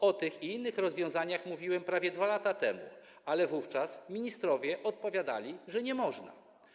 O tych i innych rozwiązaniach mówiłem prawie 2 lata temu, ale wówczas ministrowie odpowiadali, że nie można.